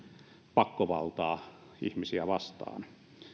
pakkovaltaa ihmisiä vastaan